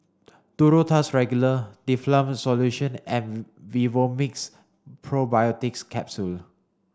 Duro Tuss Regular Difflam Solution and Vivomixx Probiotics Capsule